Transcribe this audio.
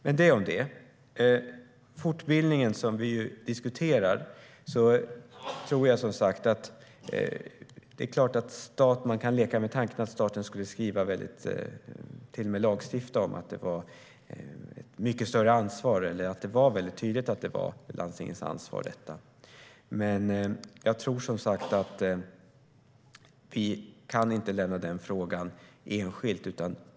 När det gäller fortbildningen kan man naturligtvis leka med tanken på att staten till och med skulle lagstifta om att detta ska vara landstingens ansvar. Men jag tror inte att vi kan ta upp den frågan enskilt.